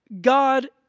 God